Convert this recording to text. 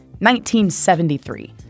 1973